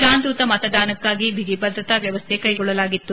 ಶಾಂತಿಯುತ ಮತದಾನಕ್ಕಾಗಿ ಬಿಗಿ ಭದ್ರತಾ ವ್ಣವಸ್ಥೆ ಕೈಗೊಳ್ಳಲಾಗಿತ್ತು